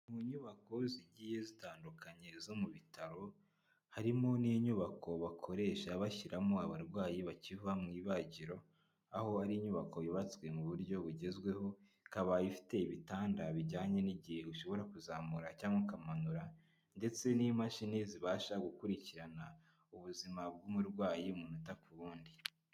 Mu nyubako zigiye zitandukanye zo mu bitaro, harimo n'inyubako bakoresha bashyiramo abarwayi bakiva mu ibagiro, aho ari inyubako yubatswe mu buryo bugezweho, ikaba ifite ibitanda bijyanye n'igihe ushobora kuzamura cyangwa ukamanura ndetse n'imashini zibasha gukurikirana ubuzima bw'umurwayi umunota ku wundi.